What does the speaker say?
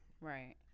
Right